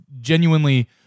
genuinely